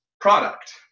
product